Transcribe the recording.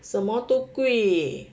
什么都贵